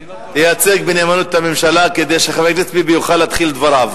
תייצג בנאמנות את הממשלה כדי שחבר הכנסת ביבי יוכל להתחיל דבריו.